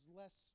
less